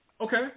Okay